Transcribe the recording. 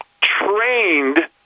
trained